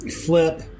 Flip